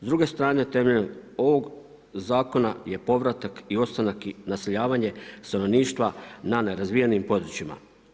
S druge strane, temeljem ovog zakona je povratak i ostanak i naseljavanje stanovništva na nerazvijenim područjima.